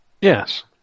yes